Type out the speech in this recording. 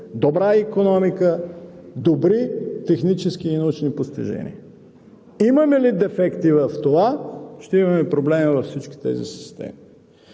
добра икономиката, добри технически и научни постижения. Имаме ли дефекти в това, ще имаме проблеми във всички тези системи.